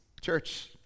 church